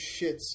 shits